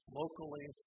locally